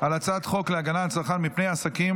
על הצעת החוק להגנה על הצרכן מפני עוסקים